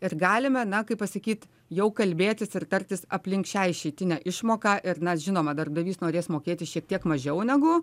ir galime na kaip pasakyt jau kalbėtis ir tartis aplink šią išeitinę išmoką ir na žinoma darbdavys norės mokėti šiek tiek mažiau negu